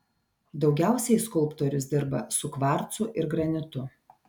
daugiausiai skulptorius dirba su kvarcu ir granitu